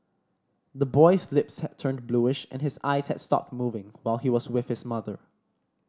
the boy's lips had turned bluish and his eyes has stopped moving while he was with his mother